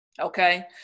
okay